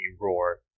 roar